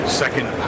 second